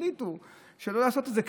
החליטו שלא לעשות את זה,